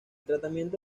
tratamiento